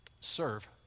serve